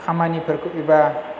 खामानिफोरखौ एबा